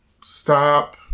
stop